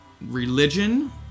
religion